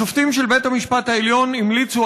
השופטים של בית המשפט העליון המליצו,